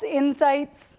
insights